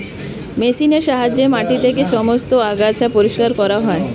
মেশিনের সাহায্যে মাটি থেকে সমস্ত আগাছা পরিষ্কার করা হয়